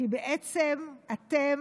כי בעצם אתם